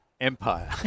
Empire